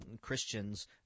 Christians